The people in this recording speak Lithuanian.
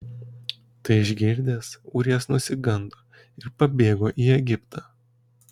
tai išgirdęs ūrijas nusigando ir pabėgo į egiptą